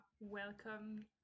welcome